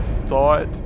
thought